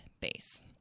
base